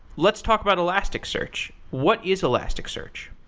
let's talk about elasticsearch. what is elasticsearch?